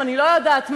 או אני לא יודעת מה,